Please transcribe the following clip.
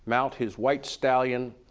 mount his white stallion,